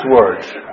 words